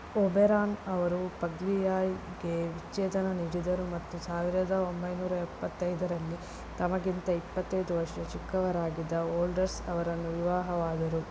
Oberon ಅವರು ಪಗ್ಲಿಯಾಯ್ಗೆ ವಿಚ್ಛೇದನ ನೀಡಿದರು ಮತ್ತು ಸಾವಿರದ ಒಂಬೈನೂರ ಎಪ್ಪತ್ತೈದರಲ್ಲಿ ತಮಗಿಂತ ಇಪ್ಪತ್ತೈದು ವರ್ಷ ಚಿಕ್ಕವರಾಗಿದ್ದ ವೋಲ್ಡರ್ಸ್ ಅವರನ್ನು ವಿವಾಹವಾದರು